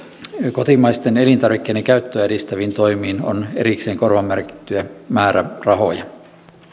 kotimaisten elintarvikkeiden käyttöä edistäviin toimiin on erikseen korvamerkittyjä määrärahoja